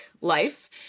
life